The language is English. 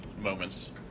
moments